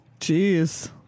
Jeez